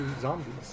zombies